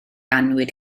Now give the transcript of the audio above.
annwyd